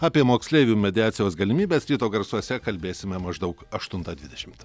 apie moksleivių mediacijos galimybės ryto garsuose kalbėsime maždaug aštuntą dvidešimt